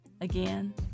Again